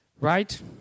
Right